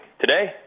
today